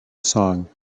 song